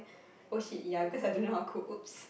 !oh shit! ya because I don't know how cook !oops!